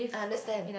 I understand